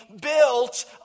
built